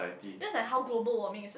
that's like how global warming is a